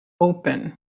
open